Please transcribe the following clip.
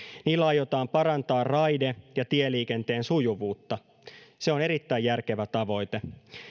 niillä aiotaan parantaa raide ja tieliikenteen sujuvuutta se on erittäin järkevä tavoite